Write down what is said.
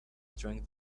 drank